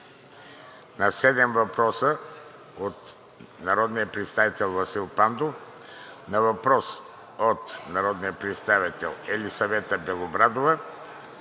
на седем въпроса от народния представител Васил Пандов; на въпрос от народния представител Елисавета Белобрадова;